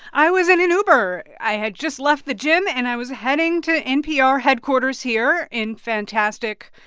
i was in an uber. i had just left the gym, and i was heading to npr headquarters here in fantastic,